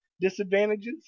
disadvantages